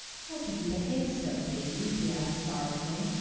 how could you behave so, davy? she asked sorrowfully.